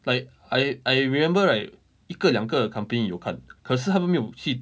like I I remember right 一个两个 company 有看可是他们没有去